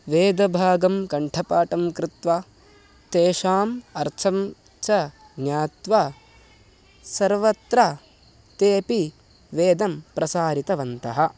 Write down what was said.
वेदभागं कण्ठपाठं कृत्वा तेषाम् अर्थं च ज्ञात्वा सर्वत्र तेऽपि वेदं प्रसारितवन्तः